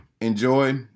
enjoy